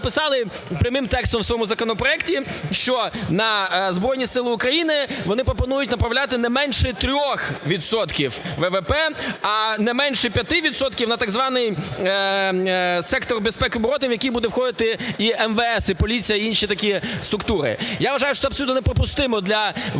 Я вважаю, що це абсолютно неприпустимо для воюючої